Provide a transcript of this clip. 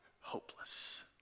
Hopeless